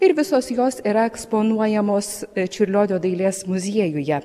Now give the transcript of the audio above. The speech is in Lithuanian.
ir visos jos yra eksponuojamos čiurlionio dailės muziejuje